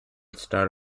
star